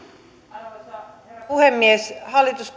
arvoisa herra puhemies hallitus